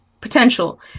potential